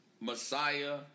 Messiah